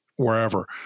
wherever